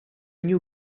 new